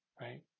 right